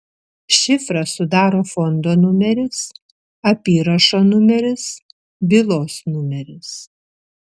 šifrą sudaro fondo numeris apyrašo numeris bylos numeris